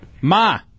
Ma